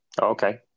Okay